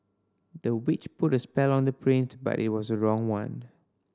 the witch put a spell on the print but it was wrong one